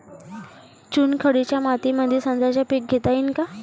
चुनखडीच्या मातीमंदी संत्र्याचे पीक घेता येईन का?